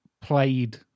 played